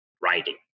writing